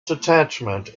detachment